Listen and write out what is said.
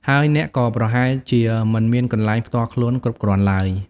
ហើយអ្នកក៏ប្រហែលជាមិនមានកន្លែងផ្ទាល់ខ្លួនគ្រប់គ្រាន់ឡើយ។